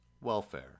welfare